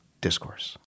discourse